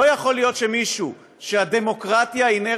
לא יכול להיות שמישהו שהדמוקרטיה היא נר